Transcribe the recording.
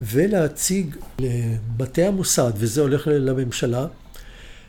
ולהציג לבתי המוסד, וזה הולך לממשלה.